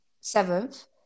seventh